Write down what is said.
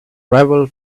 rebel